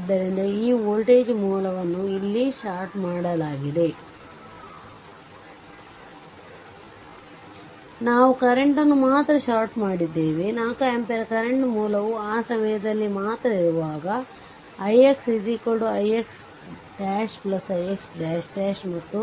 ಆದ್ದರಿಂದ ಈ ವೋಲ್ಟೇಜ್ ಮೂಲವನ್ನು ಇಲ್ಲಿ ಷಾರ್ಟ್ ಮಾಡಲಾಗಿದೆ ನಾವು ಕರೆಂಟನ್ನು ಮಾತ್ರ ಷಾರ್ಟ್ ಮಾಡಿದ್ದೇವೆ 4 ಆಂಪಿಯರ್ ಕರೆಂಟ್ ಮೂಲವು ಆ ಸಮಯದಲ್ಲಿ ಮಾತ್ರ ಇರುವಾಗ ಇದು ix ix ' ix " ಮತ್ತು